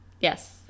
Yes